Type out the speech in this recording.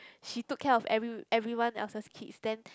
she took care of every everyone else kids then